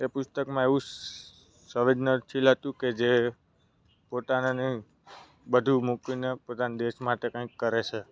એ પુસ્તકમાં એવું સંવેદનશીલ હતું કે જે પોતાને નહીં બધું મૂકીને પોતાના દેશ માટે કાંઈક કરે છે